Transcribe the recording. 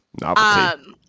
Novelty